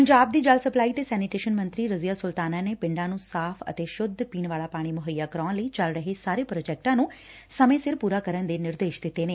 ਪੰਜਾਬ ਦੀ ਜਲ ਸਪਲਾਈ ਅਤੇ ਸੈਨੀਟੇਸ਼ਨ ਮੰਤਰੀ ਰਜ਼ੀਆ ਸੁਲਤਾਨਾ ਨੇ ਪਿੰਡਾਂ ਨੂੰ ਸਾਫ ਅਤੇ ਸ਼ੁੱਧ ਪੀਣ ਵਾਲਾ ਪਾਣੀ ਮੁਹੱਈਆ ਕਰਵਾਉਣ ਲਈ ਚੱਲ ਰਹੇ ਸਾਰੇ ਪ੍ਰੋਜੈਕਟਾਂ ਨੂੰ ਸਮੇ ਸਿਰ ਪਰਾ ਕਰਨ ਦੇ ਨਿਰਦੇਸ਼ ਦਿਤੇ ਨੇ